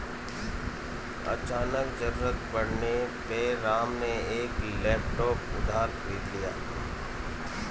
अचानक ज़रूरत पड़ने पे राम ने एक लैपटॉप उधार खरीद लिया